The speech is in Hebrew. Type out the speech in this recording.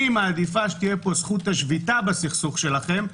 אני מעדיפה שתהיה פה זכות השביתה בסכסוך שלכם,